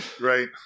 Right